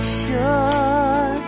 sure